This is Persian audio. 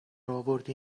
آوردی